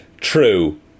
True